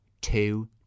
two